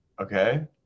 okay